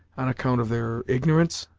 on account of their ignorance?